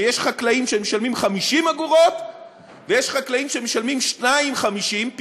שיש חקלאים שמשלמים 50 אגורות ויש חקלאים שמשלמים 2.5 שקלים,